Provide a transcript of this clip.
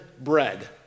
bread